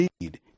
need